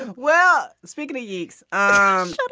well, speaking of geeks, um